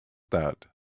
that